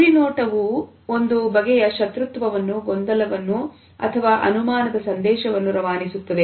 ಉರಿ ನೋಟವು ಒಂದು ಬಗೆಯ ಶತ್ರುತ್ವವನ್ನು ಗೊಂದಲವನ್ನು ಅಥವಾ ಅನುಮಾನದ ಸಂದೇಶವನ್ನು ರವಾನಿಸುತ್ತದೆ